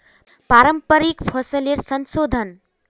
पारंपरिक फसलेर संशोधन